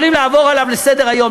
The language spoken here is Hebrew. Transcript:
יכולים לעבור עליו לסדר-היום.